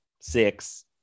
six